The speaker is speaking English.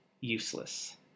useless